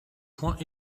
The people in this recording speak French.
points